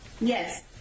yes